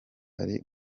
hari